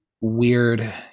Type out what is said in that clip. weird